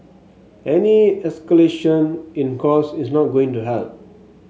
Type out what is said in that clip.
any escalation in cost is not going to help